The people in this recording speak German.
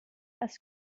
als